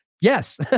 yes